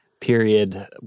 period